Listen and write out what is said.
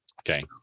Okay